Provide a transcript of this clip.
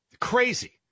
Crazy